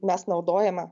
mes naudojame